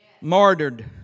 Martyred